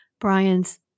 Brian's